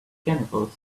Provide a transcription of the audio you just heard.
chemicals